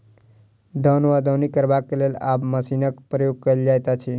दौन वा दौनी करबाक लेल आब मशीनक प्रयोग कयल जाइत अछि